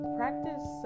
practice